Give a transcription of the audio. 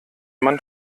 man